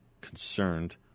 concerned